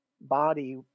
body